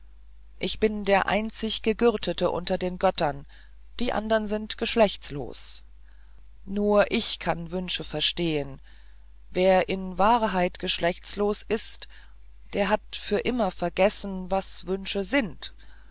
ich bin der einzig gegürtete unter den göttern die andern sind geschlechtslos nur ich kann wünsche verstehen wer in wahrheit geschlechtslos ist der hat für immer vergessen was wünsche sind